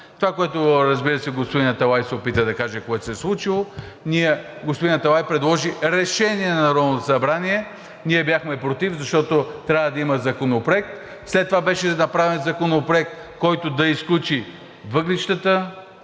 Това, разбира се, което господин Аталай се опита да каже, което се е случило, е, че господин Аталай предложи решение на Народното събрание. Ние бяхме против, защото трябва да има законопроект. След това беше направен законопроект, който да изключи въглищата,